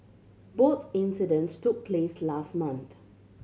both incidents took place last month